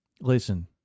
Listen